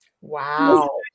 Wow